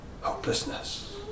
hopelessness